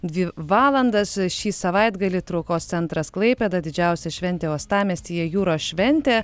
dvi valandas šį savaitgalį traukos centras klaipėda didžiausia šventė uostamiestyje jūros šventė